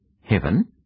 Heaven